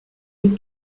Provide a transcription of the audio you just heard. est